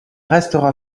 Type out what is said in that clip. restera